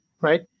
right